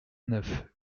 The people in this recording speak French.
neuf